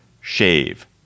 shave